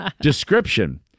Description